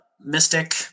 mystic